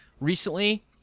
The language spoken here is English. recently